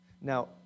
Now